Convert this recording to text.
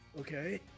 okay